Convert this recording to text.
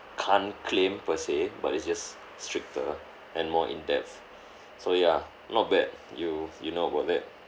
can't claim per se but it's just stricter and more in depth so ya not bad you you know about that